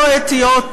לא אתיות,